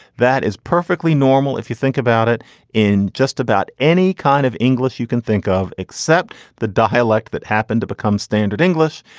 that is perfectly normal if you think about it in just about any kind of english you can think of, except the dialect that happened to become standard english,